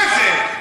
מה זה?